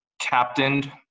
captained